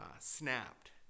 snapped